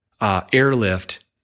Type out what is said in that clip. airlift